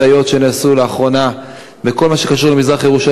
שנעשו לאחרונה כמה פעולות מבצעיות בכל מה שקשור למזרח-ירושלים,